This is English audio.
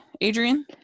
Adrian